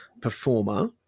performer